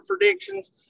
predictions